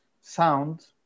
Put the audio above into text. sound